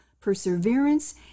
perseverance